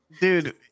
dude